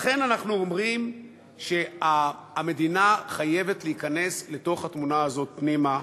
ולכן אנחנו אומרים שהמדינה חייבת להיכנס לתוך התמונה הזאת פנימה.